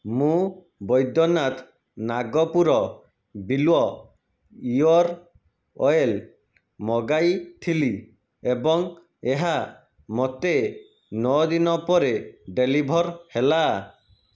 ମୁଁ ବୈଦ୍ୟନାଥ ନାଗପୁର ବିଲ୍ୱ ear oil ମଗାଇଥିଲି ଏବଂ ଏହା ମୋତେ ନଅଦିନ ପରେ ଡେଲିଭର ହେଲା